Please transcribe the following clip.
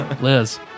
Liz